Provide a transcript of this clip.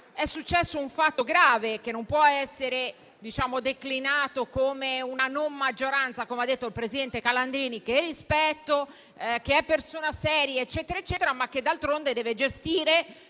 È successo un fatto grave, che non può essere declinato come una non maggioranza, come ha detto il presidente Calandrini, che rispetto e che è persona seria. Peraltro ricordo